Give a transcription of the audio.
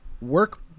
work